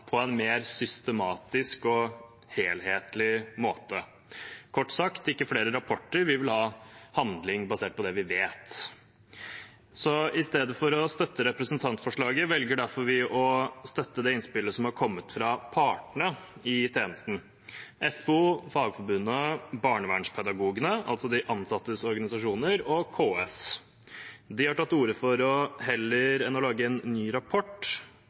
på en mer systematisk og helhetlig måte. Kort sagt: Ikke flere rapporter, vi vil ha handling basert på det vi vet. I stedet for å støtte representantforslaget velger vi å støtte det innspillet som har kommet fra partene i tjenesten, FO, Fagforbundet, Barnevernspedagogene, altså de ansattes organisasjoner, og KS. De har tatt til orde for at heller enn å lage en ny rapport